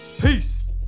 Peace